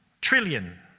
trillion